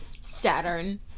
Saturn